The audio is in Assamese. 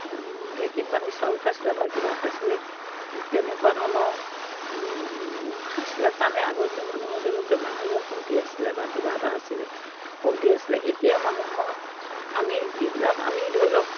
ঢেঁকীত বান্ধি চাউল খাইছিলে বা কিবা খাইছিলে ঠিক তেনেকুৱা ধৰণৰ খাইছিলে কাৰণে আগৰ দিনৰ মানুহৰ ধৰি লওক বেমাৰ আজাৰ কমটি আছিলে বা কিবা এটা আছিলে কমটি আছিলে এতিয়া মানুহৰ আমি যিবিলাক আমি ধৰি লওক